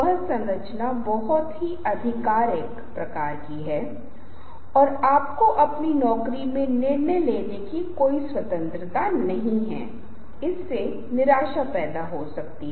छोटे समूह का नेत्र संपर्क व्यक्तिगत रूप से 5 लोग 10 लोग 20 लोग अपनी कक्षा में या प्रस्तुति में होते हैं जब आप समय समय पर बात कर रहे हों तो उनमें से प्रत्येक को व्यक्तिगत रूप से देखें